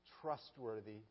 trustworthy